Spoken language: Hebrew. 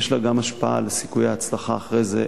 יש לה גם השפעה על סיכויי ההצלחה אחרי זה,